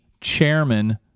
chairman